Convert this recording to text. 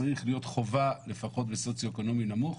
צריכה להיות חובה ללימודי שחייה לפחות בסוציו-אקונומי נמוך,